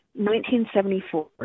1974